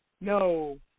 No